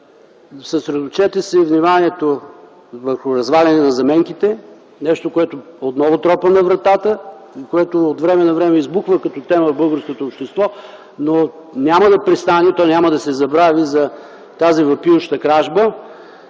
Съсредоточете си вниманието върху разваляне на заменките – нещо, което отново тропа на вратата и което от време на време избухва като тема в българското общество, но няма да престане, то няма да се забрави за тази въпиюща кражба.